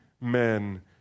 men